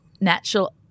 natural